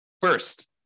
First